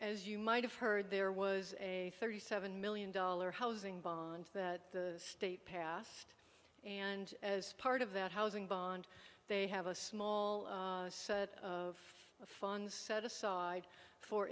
as you might have heard there was a thirty seven million dollar housing bond that the state passed and as part of that housing bond they have a small set of funds set aside for